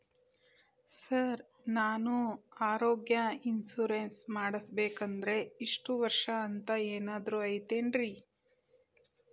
Sir ನಾನು ಆರೋಗ್ಯ insurance ಮಾಡಿಸ್ಬೇಕಂದ್ರೆ ಇಷ್ಟ ವರ್ಷ ಅಂಥ ಏನಾದ್ರು ಐತೇನ್ರೇ?